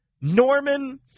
Norman